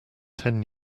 ten